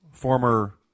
Former